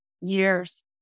Years